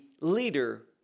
leader